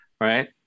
Right